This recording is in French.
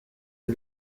que